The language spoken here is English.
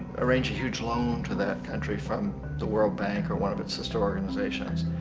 arrange a huge loan to that country from the world bank or one of it's sister organizations.